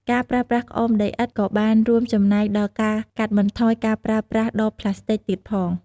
ការប្រើប្រាស់ក្អមដីឥដ្ឋក៏បានរួមចំណែកដល់ការកាត់បន្ថយការប្រើប្រាស់ដបប្លាស្ទិកទៀតផង។